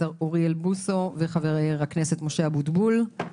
אוריאל בוסו ומשה אבוטבול.